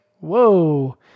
whoa